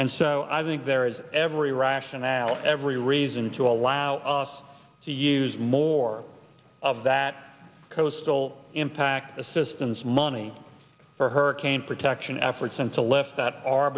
and so i think there is every rationale every reason to allow us to use more of that coastal impact assistance money for hurricane protection efforts and so left that ar